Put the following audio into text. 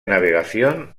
navegación